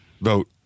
vote